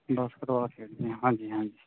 basketball ਖੇਡਦੇ ਹਾਂ ਹਾਂਜੀ ਹਾਂਜੀ